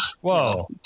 Whoa